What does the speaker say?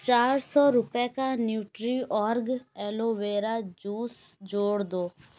چار سو روپئے کا نیوٹری اورگ ایلویرا جوس جوڑ دو